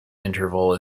interval